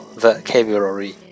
vocabulary